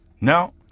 No